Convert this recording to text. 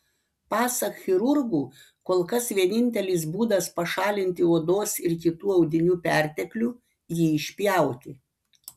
pasak chirurgų kol kas vienintelis būdas pašalinti odos ir kitų audinių perteklių jį išpjauti